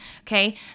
okay